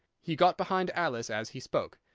he got behind alice as he spoke.